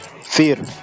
fear